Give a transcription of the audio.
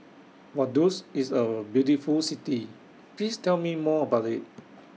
Vaduz IS A very beautiful City Please Tell Me More about IT